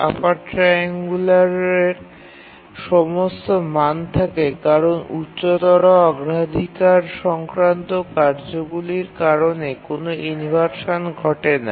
আপার ট্রাইএঙ্গুলারের সমস্ত মান থাকে কারণ উচ্চতর অগ্রাধিকার সংক্রান্ত কার্যগুলির কারণে কোনও ইনভারশান ঘটে না